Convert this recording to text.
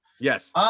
yes